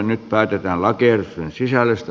nyt päätetään lakiehdotusten sisällöstä